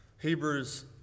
Hebrews